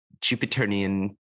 Jupiterian